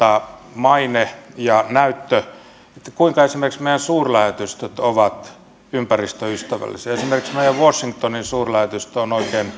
maine ja näyttö että kuinka esimerkiksi meidän suurlähetystömme ovat ympäristöystävällisiä esimerkiksi meidän washingtonin suurlähetystömme